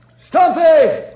Stumpy